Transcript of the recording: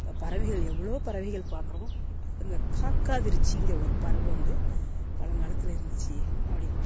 பறவைகள் எவ்ளோ பறவைகள் பாக்கிறோம் அதில் காக்காவிருட்சிங்கிற ஒரு பறவை வந்து பழங்காலத்தில் இருந்துச்சு அப்படி